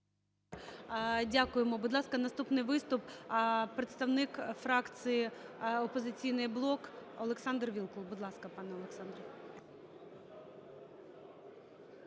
Дякуємо. Будь ласка, наступний виступ – представник фракції "Опозиційний блок" Олександр Вілкул. Будь ласка, пане Олександре.